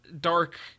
dark